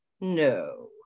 No